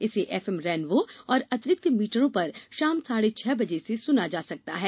इसे F M rainbow और अतिरिक्त मीटरों पर शाम साढ़े छह बजे से सुना जा सकता है